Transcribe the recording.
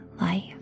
life